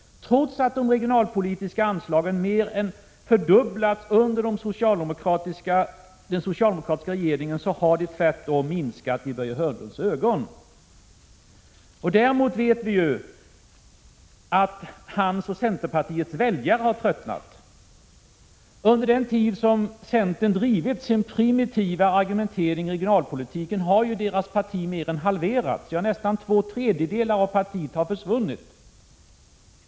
Trots att de regionalpolitiska anslagen mer än fördubblats under den socialdemokratiska regeringen, så har de minskat i Börje Hörnlunds ögon. Däremot vet vi ju att hans och centerpartiets väljare har tröttnat. Under den tid som centern drivit sin primitiva argumentering i regionalpolitiken har ju centerpartiet mer än halverats — ja, nästan två tredjedelar av partiet har försvunnit.